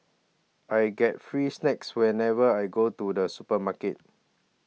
I get free snacks whenever I go to the supermarket